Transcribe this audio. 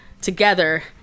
together